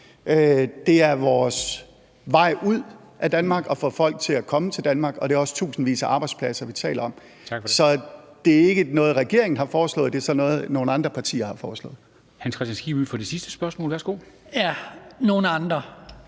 det er vores vej til at få folk til at komme til Danmark, og det er også tusindvis af arbejdspladser, vi taler om. Så det er ikke noget, regeringen har foreslået, det er noget, nogle andre partier har foreslået.